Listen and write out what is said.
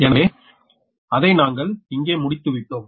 எனவே அதை நாங்கள் இங்கே முடித்து விட்டோம்